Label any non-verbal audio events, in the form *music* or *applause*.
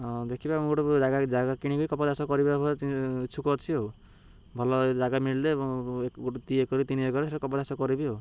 ହଁ ଦେଖିବା ମୁଁ ଗୋଟେ ଜାଗା ଜାଗା କିଣିବି କପା ଚାଷ କରିବା *unintelligible* ଇଛୁକ ଅଛି ଆଉ ଭଲ ଜାଗା ମିଳିଲେ ଗୋଟେ ଦୁଇଏକର ତିନି ଏକର ସେଇଟା କପା ଚାଷ କରିବି ଆଉ